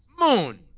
Moon